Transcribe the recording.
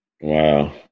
Wow